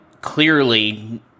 clearly